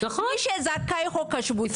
מי שזכאי חוק השבות --- נכון,